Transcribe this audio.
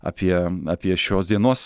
apie apie šios dienos